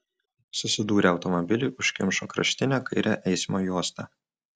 susidūrę automobiliai užkimšo kraštinę kairę eismo juostą